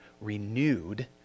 renewed